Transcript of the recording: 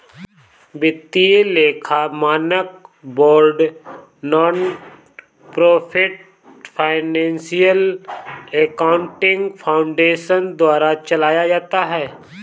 वित्तीय लेखा मानक board nonprofit financial accounting foundation द्वारा चलाया जाता है